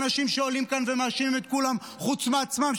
אנשים שעולים לכאן ומאשימים את כולם חוץ מעצמם,